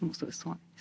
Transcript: mūsų visuomenės